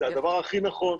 זה הדבר הכי נכון,